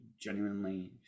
genuinely